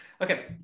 Okay